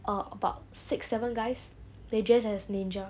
err about six seven guys they dress as ninja